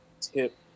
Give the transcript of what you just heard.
tip